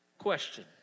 Question